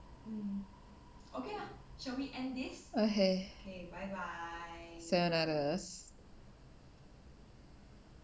okay